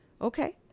Okay